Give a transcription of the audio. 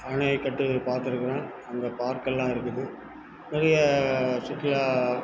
அணைக்கட்டு பாத்துருக்கிறேன் அங்கே பார்க்கெல்லாம் இருக்குது நிறைய சுற்றுலா